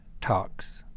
talks